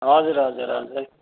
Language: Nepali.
हजुर हजुर हजुर